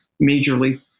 majorly